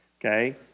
okay